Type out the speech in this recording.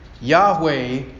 Yahweh